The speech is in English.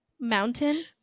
mountain